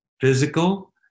physical